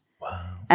Wow